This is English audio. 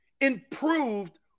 improved